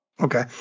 Okay